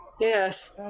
Yes